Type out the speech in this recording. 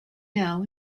now